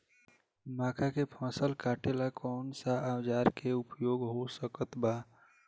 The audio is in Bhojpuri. मक्का के फसल कटेला कौन सा औजार के उपयोग हो सकत बा?